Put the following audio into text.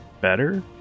better